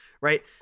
Right